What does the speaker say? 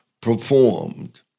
performed